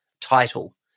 title